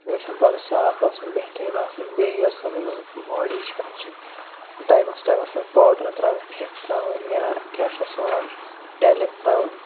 تِم گژھن بَڈٕ صاف آسٕنۍ بہتریٖن آسٕنۍ بیٚیہِ یَس زن أمِس باڈی چھِ اَتھ چھِ ٹایمس ٹایِمس پٮ۪ٹھ پوڈر ترٛاوٕنۍ فٮ۪ک ترٛاوٕنۍ یا کیٛاہ چھِس وَنان ٹیلِک ترٛاوٕنۍ